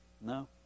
No